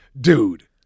dude